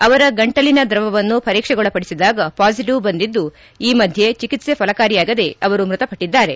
ಅವರ ಗಂಟಲಿನ ದ್ರವವನ್ನು ಪರೀಕ್ಷೆಗೊಳಪಡಿಸಿದಾಗ ಪಾಸಿಟಿವ್ ಬಂದಿದ್ದು ಈ ಮಧ್ಯೆ ಚಿಕಿತ್ಸೆ ಫಲಕಾರಿಯಾಗದೆ ಮೃತಪಟ್ಟಿದ್ದಾರೆ